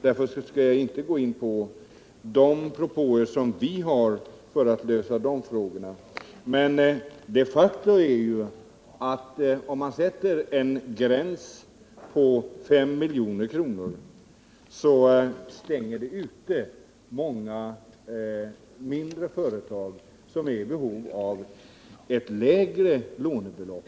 Därför skall jag inte gå in på de propåer som vi har för att lösa deras problem. Faktum är dock att man, om man sätter en gräns på 5 milj.kr., stänger ute många mindre företag som är i behov av ett lägre lånebelopp.